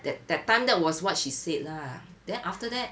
that that time that was what she said lah then after that